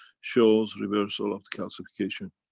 shows reversal of the calcification.